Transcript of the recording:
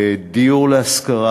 דיור להשכרה,